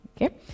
okay